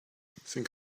think